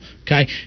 okay